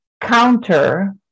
counter